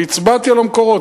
והצבעתי על המקורות,